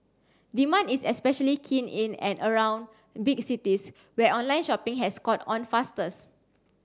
demand is especially keen in and around big cities where online shopping has caught on fastest